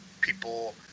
people